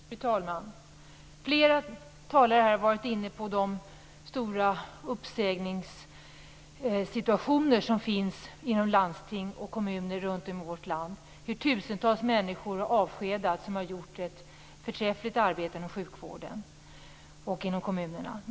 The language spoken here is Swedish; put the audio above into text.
Fru talman! Flera talare har varit inne på de omfattande uppsägningarna inom landsting och kommuner runt om i vårt land. Tusentals människor har avskedats, vilka har gjort ett förträffligt arbete inom sjukvården och inom kommunerna.